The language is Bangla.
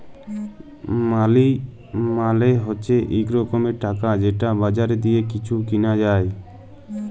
মালি মালে হছে ইক রকমের টাকা যেট বাজারে দিঁয়ে কিছু কিলা যায়